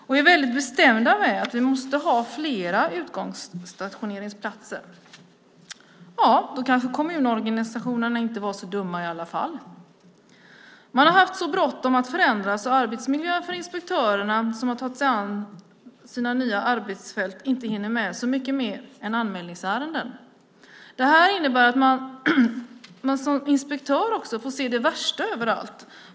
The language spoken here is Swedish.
Man är väldigt bestämd om att vi måste ha flera utgångsstationeringsplatser. Ja, kommunorganisationerna var kanske inte så dumma i alla fall. Man har haft så bråttom med att förändra att arbetsmiljön för de inspektörer som tagit sig an sina nya arbetsfält inte hinner med så mycket mer än anmälningsärenden. Det innebär att man som inspektör får se det värsta överallt.